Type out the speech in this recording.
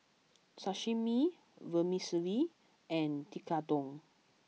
Sashimi Vermicelli and Tekkadon